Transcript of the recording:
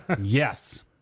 Yes